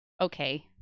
okay